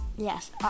Yes